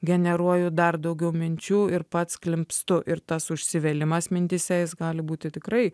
generuoju dar daugiau minčių ir pats klimpstu ir tas užsivėlimas mintyse jis gali būti tikrai